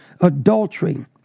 adultery